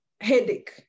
headache